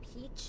peach